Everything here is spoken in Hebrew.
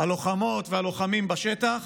הלוחמות והלוחמים בשטח,